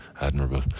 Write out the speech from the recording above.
admirable